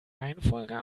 reihenfolge